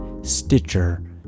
Stitcher